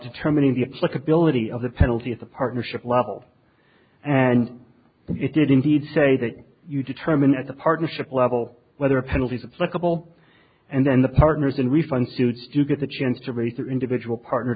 determining the flexibility of the penalty at the partnership level and it did indeed say that you determine as a partnership level whether penalties apply couple and then the partners in refunds suits you get the chance to raise their individual partner